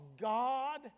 God